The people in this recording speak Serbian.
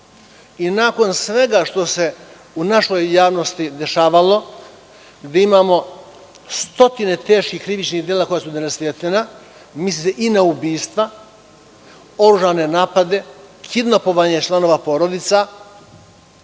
i nakon svega što se u našoj javnosti dešavalo, gde imamo stotine teških krivičnih dela, misli se i na ubistva, oružane napade, kidnapovanja članova porodica,